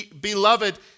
Beloved